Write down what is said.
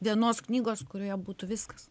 vienos knygos kurioje būtų viskas